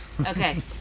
Okay